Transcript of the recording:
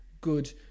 good